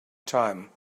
time